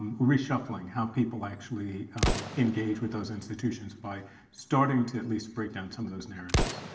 reshuffling how people actually engage with those institutions by starting to at least break down some of those narratives.